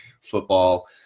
football